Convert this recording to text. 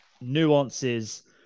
nuances